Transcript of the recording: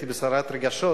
הייתי בסערת רגשות,